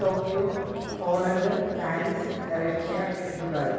Tokyo Poland Paris Russia Dubai